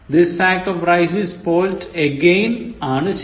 This sack of rice is spoilt again ആണ് ശരി